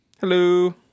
hello